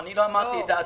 אני לא אמרתי את דעתי.